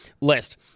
list